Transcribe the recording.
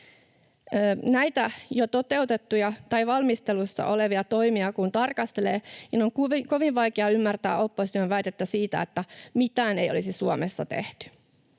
Näitä jo toteutettuja tai valmistelussa olevia toimia kun tarkastelee, niin on kovin vaikea ymmärtää opposition väitettä siitä, että mitään ei olisi Suomessa tehty.